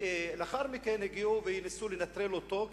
לאחר מכן הגיעו וניסו לנטרל אותו,